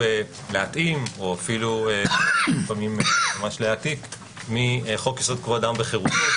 בחרנו להתאים או אפילו לפעמים ממש להעתיק מחוק-יסוד: כבוד אדם וחירותו,